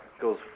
goes